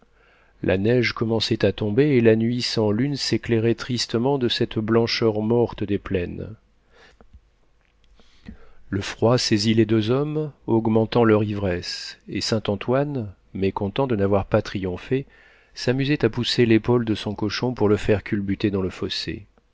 la neige commençait à tomber et la nuit sans lune s'éclairait tristement de cette blancheur morte des plaines le froid saisit les deux hommes augmentant leur ivresse et saint-antoine mécontent de n'avoir pas triomphé s'amusait à pousser de l'épaule son cochon pour le faire culbuter dans le fossé